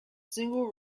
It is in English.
single